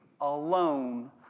alone